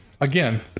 Again